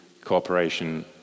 cooperation